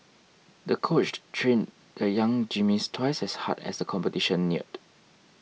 the coach trained the young gymnast twice as hard as the competition neared